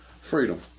Freedom